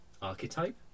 Archetype